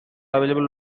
available